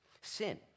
Sin